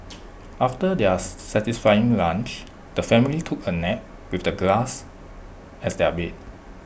after their satisfying lunch the family took A nap with the grass as their bed